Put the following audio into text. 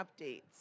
updates